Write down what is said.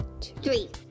Three